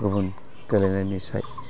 गुबुन गेलेनायनिसाय